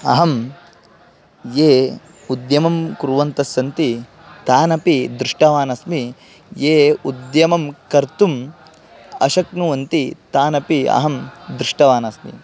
अहं ये उद्यमं कुर्वन्तस्सन्ति तानपि दृष्टवान् अस्मि ये उद्यमं कर्तुम् अशक्नुवन्ति तानपि अहं दृष्टवान् अस्मि